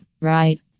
right